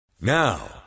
Now